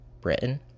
Britain